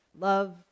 Love